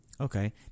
Okay